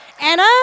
Anna